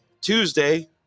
Tuesday